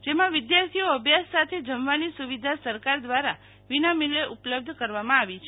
જેમાં વિધાર્થીઓ અભ્યાસ સાથે જમવાની સુ વિધા સરકાર દ્રારા વિનામુલ્ચે ઉપલબ્ધ કરવામાં આવી છે